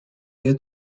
due